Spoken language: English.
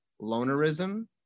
Lonerism